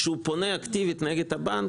כשהוא פונה אקטיבית נגד הבנק,